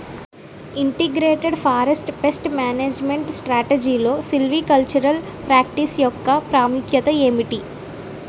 Integrated forest pest management స్ట్రాటజీలో silvicultural practice యెక్క ప్రాముఖ్యత ఏమిటి??